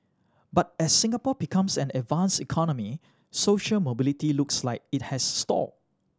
but as Singapore becomes an advanced economy social mobility looks like it has stalled